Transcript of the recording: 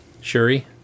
Shuri